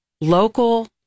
local